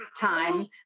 time